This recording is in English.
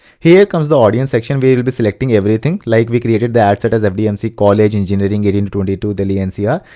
here comes the audience section where we'll be selecting everything. like we created ah sort of the fdmc college engineering eighteen twenty two delhi and so ah